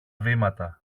βήματα